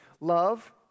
Love